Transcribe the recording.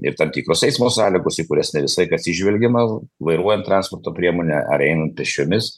ir tam tikros eismo sąlygos į kurias ne visai atsižvelgiama vairuojant transporto priemonę ar einant pėsčiomis